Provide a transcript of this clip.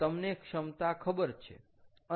તમને ક્ષમતા ખબર છે